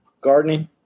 gardening